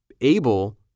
able